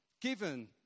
given